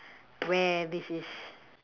where this is